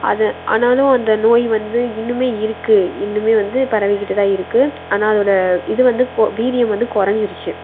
அது ஆனாலும் அந்த நோய் வந்து இன்னுமே இருக்குது இன்னுமே வந்து பரவிக்கிட்டு தான் இருக்குது ஆனால் அதோடய இது வந்து வீரியம் வந்து குறஞ்சிருச்சு